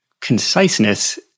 conciseness